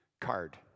card